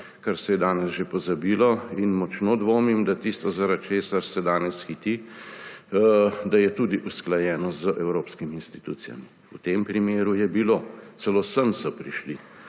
kar se je danes že pozabilo, in močno dvomim, da je tisto, zaradi česar se danes hiti, tudi usklajeno z evropskimi institucijami. V tem primeru je bilo. Celo sem so prišli